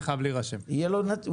יהיה לו נציג.